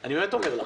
אני באמת אומר לכם.